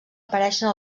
apareixen